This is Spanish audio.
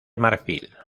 marfil